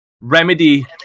Remedy